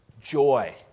joy